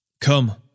Come